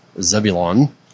Zebulon